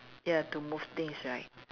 ya to move things right